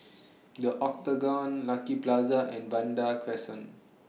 The Octagon Lucky Plaza and Vanda Crescent